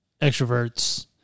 extroverts